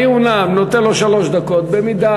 אני אומנם נותן לו שלוש דקות, במידה